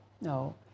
No